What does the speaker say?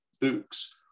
books